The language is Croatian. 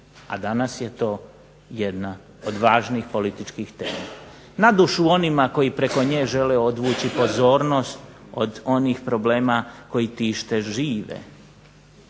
a danas je to jedna od važnijih političkih tema. Na dušu onima koji preko nje žele odvući pozornost od onih problema koji tište žive.